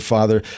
Father